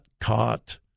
caught